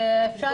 ואפשר,